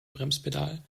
bremspedal